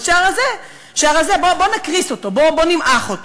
אז שהרזה, בוא נקריס אותו, בוא נמעך אותו.